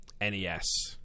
NES